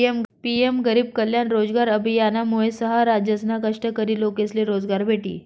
PM गरीब कल्याण रोजगार अभियानमुये सहा राज्यसना कष्टकरी लोकेसले रोजगार भेटी